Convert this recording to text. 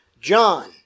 John